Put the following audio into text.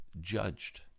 judged